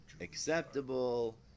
acceptable